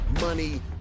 Money